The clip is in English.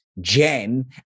Jen